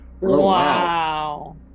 wow